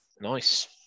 Nice